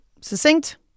Succinct